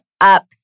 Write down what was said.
up